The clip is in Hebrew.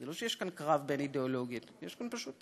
זה לא שיש כאן קרב בין אידיאולוגיות, יש כאן פשוט